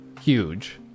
huge